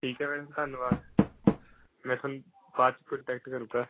ਠੀਕ ਹੈ ਮੈਡਮ ਧੰਨਵਾਦ ਮੈਂ ਤੁਹਾਨੂੰ ਬਾਅਦ 'ਚ ਕੋਂਟੈਕਟ ਕਰੂੰਗਾ